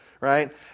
right